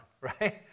right